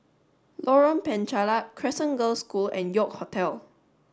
Lorong Penchalak Crescent Girls' School and York Hotel